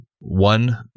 One